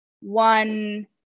one